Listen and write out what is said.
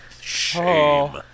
shame